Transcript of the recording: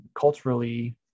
culturally